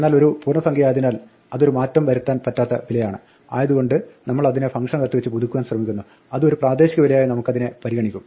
എന്നാൽ ഒരു പൂർണ്ണസംഖ്യയായതിനാൽ അതൊരു മാറ്റം വരുത്താൻ പറ്റാത്ത വിലയാണ് ആയതുകൊണ്ട് നമ്മൾ അതിനെ ഫംഗ്ഷനകത്ത് വെച്ച് പുതുക്കുവാൻ ശ്രമിക്കുന്നു അത് ഒരു പ്രാദേശിക വിലയായി അതിനെ പരിഗണിക്കും